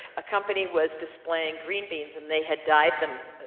a company was displaying green beans, and they had dyed them. ah,